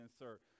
insert